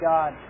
God